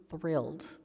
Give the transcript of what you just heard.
thrilled